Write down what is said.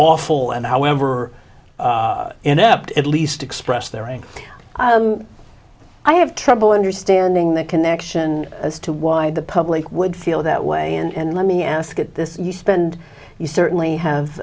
awful and however inept at least express their anger i have trouble understanding that connection as to why the public would feel that way and let me ask it this you spend you certainly have